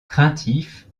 craintif